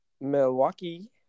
Milwaukee